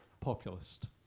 populist